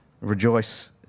Rejoice